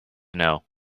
know